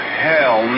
hell